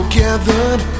gathered